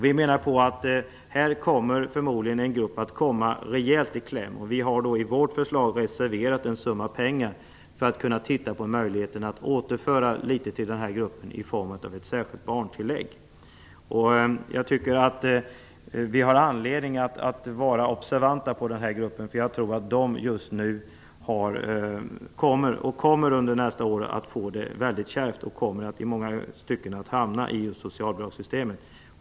Vi menar att en grupp förmodligen kommer att hamna rejält i kläm. Vi har i vårt förslag reserverat en summa pengar för att titta på möjligheten att återföra litet till denna grupp i form av ett särskilt barntillägg. Det finns anledning att vara observant när det gäller denna grupp, för jag tror att de under nästa år kommer att få det väldigt kärvt och att många av dem kommer att hamna i socialbidragssystemet.